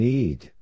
Need